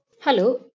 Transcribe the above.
Hello